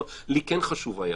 לי כן חשוב היה